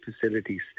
facilities